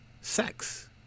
sex